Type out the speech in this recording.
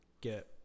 Get